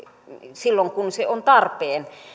silloin kun se on tarpeen